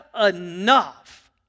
enough